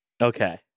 Okay